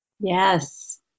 Yes